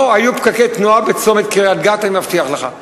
לא היו פקקי תנועה בצומת קריית גת, אני מבטיח לך.